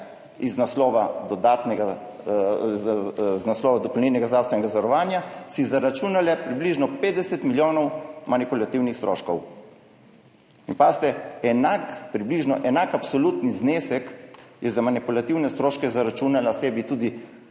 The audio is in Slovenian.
iz naslova dopolnilnega zdravstvenega zavarovanja zaračunale približno 50 milijonov manipulativnih stroškov. Pazite, enak, približno enak absolutni znesek je za manipulativne stroške zaračunala sebi tudi